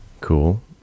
cool